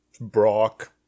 Brock